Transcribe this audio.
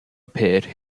appeared